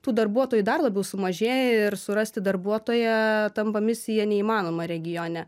tų darbuotojų dar labiau sumažėja ir surasti darbuotoją tampa misija neįmanoma regione